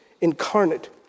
incarnate